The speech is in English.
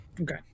okay